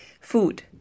Food